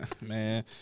man